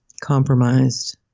compromised